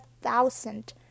thousand